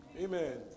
Amen